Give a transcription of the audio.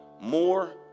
More